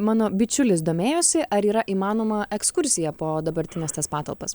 mano bičiulis domėjosi ar yra įmanoma ekskursija po dabartines tas patalpas